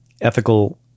ethical